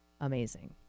Amazing